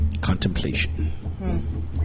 Contemplation